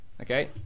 okay